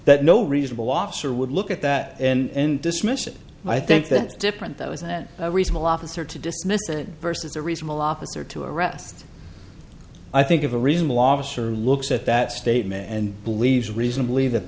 that no reasonable officer would look at that and dismiss it i think that different that was then a reasonable officer to dismiss it versus a reasonable officer to arrest i think of a reasonable officer looks at that statement and believes reasonably that